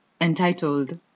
entitled